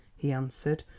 he answered,